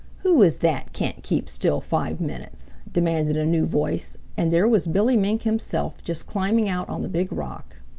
who is that can't keep still five minutes? demanded a new voice, and there was billy mink himself just climbing out on the big rock.